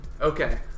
Okay